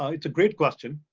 ah it's a great question.